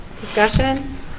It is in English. Discussion